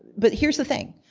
but here's the thing.